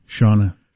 Shauna